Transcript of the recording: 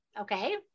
okay